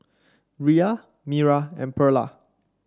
Rhea Mira and Perla